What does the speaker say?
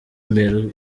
imbere